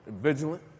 vigilant